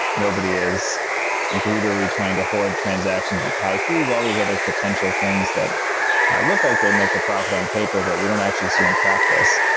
nobody is greedily trying to horde transactions with high fees, all these other potential things that look like they make a profit on paper, but we don't actually see on practice.